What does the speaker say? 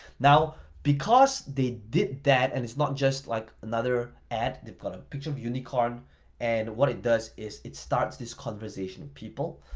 now, because they did that and it's not just like another ad, they've got a picture of unicorn and what it does is it starts this conversation of people.